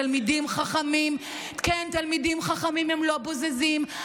כן, תלמידים חכמים הם לא בוזזים.